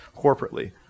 corporately